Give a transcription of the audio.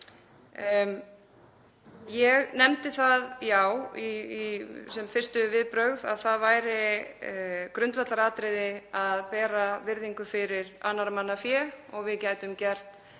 Ég nefndi það já sem fyrstu viðbrögð að það væri grundvallaratriði að bera virðingu fyrir annarra manna fé og við gætum gert